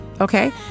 Okay